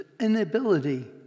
inability